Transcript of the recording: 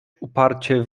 uparcie